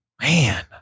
man